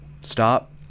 Stop